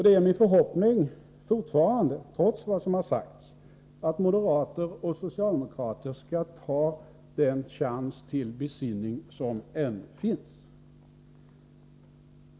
Det är fortfarande, trots vad som har sagts, min förhoppning att moderater och socialdemokrater skall ta den chans till besinning som ännu finns.